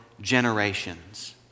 generations